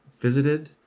visited